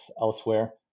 elsewhere